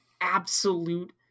absolute